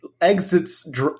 exits